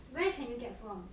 where can you get from